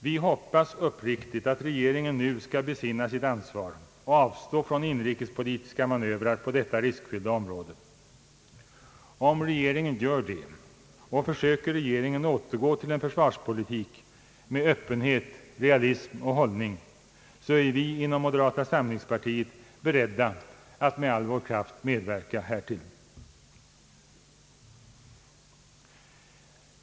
Vi hoppas uppriktigt att regeringen nu skall besinna sitt ansvar och avstå från inrikespolitiska manövrer på detta riskfyllda område. Om regeringen .gör det och försöker återgå till en försvarspolitik med öppenhet, realism och hållning så är vi inom moderata samlingspartiet beredda att med all vår kraft medverka härtill.